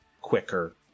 quicker